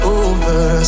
over